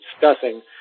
discussing